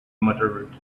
muttered